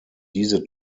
diese